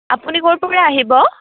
আপুনি ক'ৰ পৰা আহিব